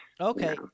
okay